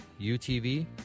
UTV